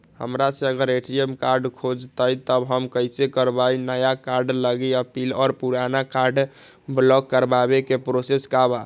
हमरा से अगर ए.टी.एम कार्ड खो जतई तब हम कईसे करवाई नया कार्ड लागी अपील और पुराना कार्ड ब्लॉक करावे के प्रोसेस का बा?